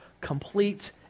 complete